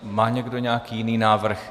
Má někdo nějaký jiný návrh?